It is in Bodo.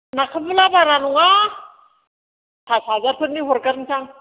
नाखाफुला बारा नङा पास हाजारफोरनि हरगोरनोसां